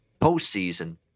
postseason